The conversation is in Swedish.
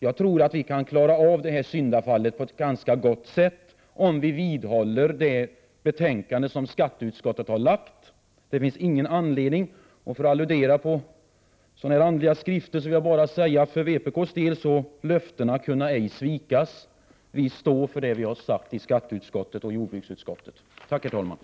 Jag tror att vi kan klara av det här syndafallet på ett ganska bra sätt, om vi håller fast vid förslaget i det betänkande som skatteutskottet har lagt fram. Om jag får alludera på andliga skrifter, kan jag för vpk:s del säga: Löften kunna ej svikas. Vi står för det som vi har sagt i skatteutskottet och jordbruksutskottet. Tack, herr talman!